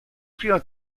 primo